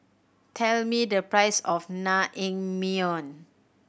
tell me the price of Naengmyeon